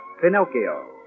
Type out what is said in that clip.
Pinocchio